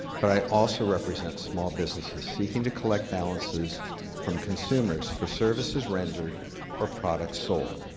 but i also represent small businesses seeking to collect balances from consumers for services rendered or products sold.